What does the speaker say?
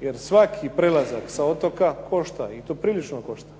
jer svaki prelazak sa otoka košta i to prilično košta.